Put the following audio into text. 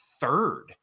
third